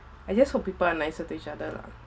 I just hope people are nicer to each other lah